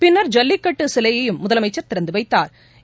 பின்னா் ஜல்லிக்கட்டு சிலையையும் முதலமைச்சா் திறந்து வைத்தாா்